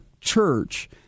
church